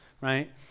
right